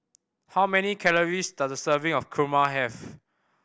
how many calories does a serving of kurma have